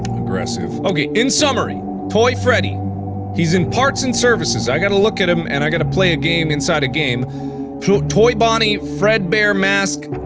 aggressive ok, in summary, toy freddy he's in parts and services. i gotta look at him and i gotta play a game inside a game so toy bonnie. fredbear mask,